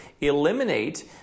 eliminate